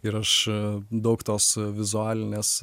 ir aš daug tos vizualinės